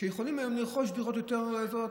שיכולים היום לרכוש דירות יותר זולות.